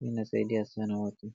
Inasaidia sana watu.